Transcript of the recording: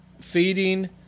feeding